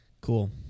cool